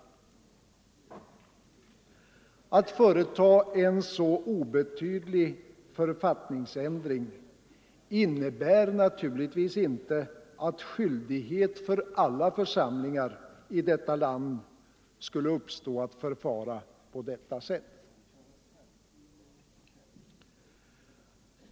Att man företar en så obetydlig författningsändring medför naturligtvis inte att skyldighet för alla församlingar i detta land skulle uppstå att förfara på detta sätt.